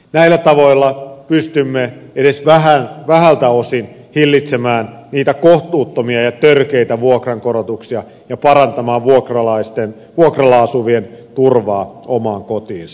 näillä tavoilla pystymme edes vähältä osin hillitsemään kohtuuttomia ja törkeitä vuokrankorotuksia ja parantamaan vuokralla asuvien turvaa omaan kotiinsa